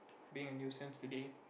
being a nuisance today